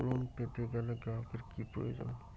Loan পেতে গেলে গ্রাহকের কি প্রয়োজন?